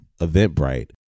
Eventbrite